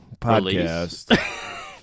podcast